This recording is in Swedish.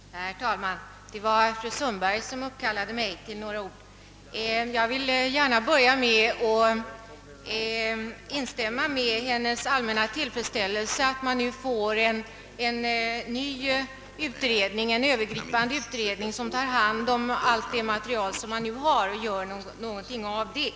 Herr talman! Det var fru Sundberg som med sitt anförande uppkallade mig att säga några ord. Jag delar helt fru Sundbergs allmänna tillfredsställelse över att vi nu får en ny, övergripande utredning, som tar hand om hela det material som finns och gör något av det.